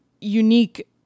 unique